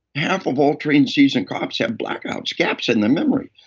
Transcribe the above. half of all trained, seasoned cops have blackouts, gaps in their memory.